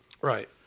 Right